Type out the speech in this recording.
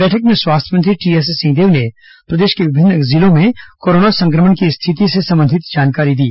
बैठक में स्वास्थ्य मंत्री टीएस सिंहदेव ने प्रदेश के विभिन्न जिलों में कोरोना संक्रमण की स्थिति से संबंधित जानकारी दी